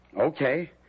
Okay